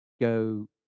go